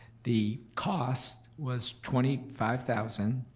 the cost was twenty five thousand,